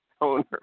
owner